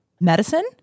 medicine